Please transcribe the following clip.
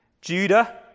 Judah